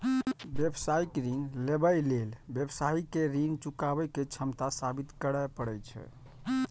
व्यावसायिक ऋण लेबय लेल व्यवसायी कें ऋण चुकाबै के क्षमता साबित करय पड़ै छै